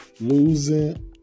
losing